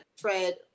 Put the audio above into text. tread